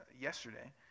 yesterday